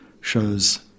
shows